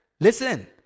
Listen